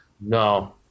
no